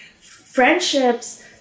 friendships